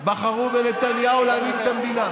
בחרו בנתניהו להנהיג את המדינה,